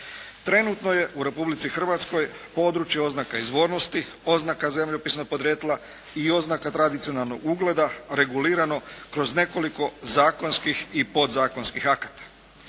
Trenutno je u Republici Hrvatskoj područje oznaka izvornosti, oznaka zemljopisnog podrijetla i oznaka tradicionalnog ugleda regulirano kroz nekoliko zakonskih i podzakonskih akata.